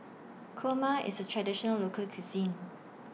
Kurma IS A Traditional Local Cuisine